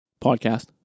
podcast